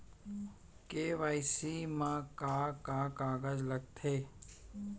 KYC मा का का कागज लगथे?